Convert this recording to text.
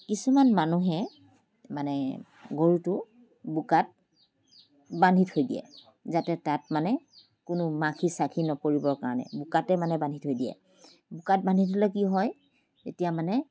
কিছুমান মানুহে মানে গৰুটো বোকাত বান্ধি থৈ দিয়ে যাতে তাত মানে কোনো মাখি চাখি নপৰিবৰ কাৰণে বোকাতে মানে বান্ধি থৈ দিয়ে বোকাত বান্ধি থ'লে কি হয় তেতিয়া মানে